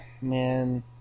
man